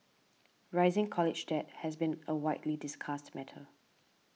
rising college debt has been a widely discussed matter